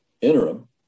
interim